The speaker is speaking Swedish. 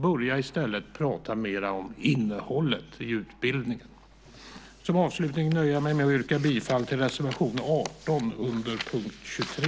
Börja i stället prata mera om innehållet i utbildningen. Som avslutning nöjer jag mig med att yrka bifall till reservation 18 under punkt 23.